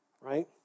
right